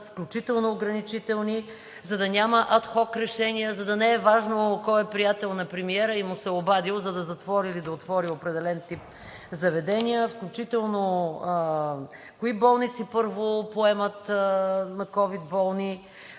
включително ограничителни, за да няма ад хок решения, за да не е важно кой е приятел на премиера и му се е обадил, за да затвори или да отвори определен тип заведения, включително кои болници първо поемат ковид болни,